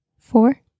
four